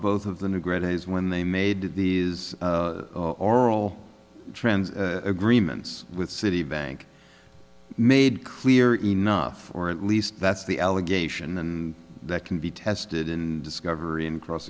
both of the new great days when they made these oral trans agreements with citibank made clear enough or at least that's the allegation and that can be tested and discovery in cross